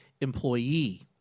employee